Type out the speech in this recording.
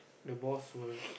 the boss will